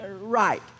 Right